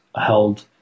held